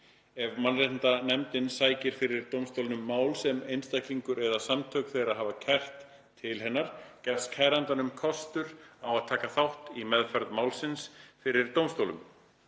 Ef mannréttindanefndin sækir fyrir dómstólnum mál, sem einstaklingur eða samtök þeirra hafa kært til hennar, gefst kærandanum kostur á að taka þátt í meðferð málsins fyrir dómstólnum,